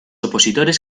opositores